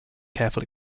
careful